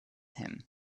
him